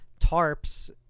tarps